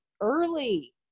early